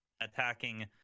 attacking